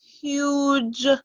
huge